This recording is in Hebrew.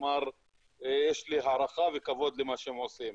כלומר יש לי הערכה וכבוד למה שהם עושים.